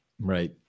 Right